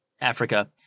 Africa